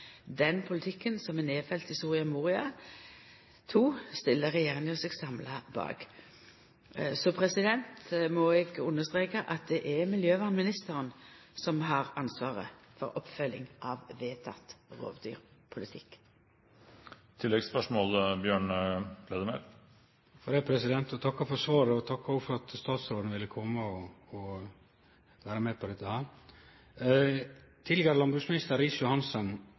Den politikken som er nedfelt i Soria Moria II, stiller regjeringa seg samla bak. Så må eg understreka at det er miljøvernministeren som har ansvaret for oppfølginga av den vedtekne rovdyrpolitikken. Eg takkar for svaret og for at statsråden ville kome for å svare på dette. Tidlegare landbruksminister